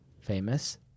famous